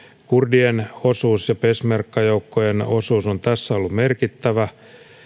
kurdien osuus ja peshmerga joukkojen osuus on tässä ollut merkittävä